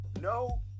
no